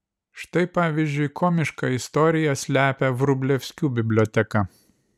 štai pavyzdžiui komišką istoriją slepia vrublevskių biblioteka